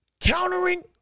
countering